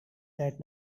that